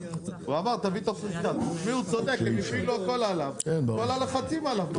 תשמעי הוא צודק, הפעילו את כל הלחצים עליו.